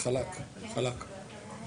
אתרוגים אחרי סוכות,